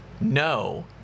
no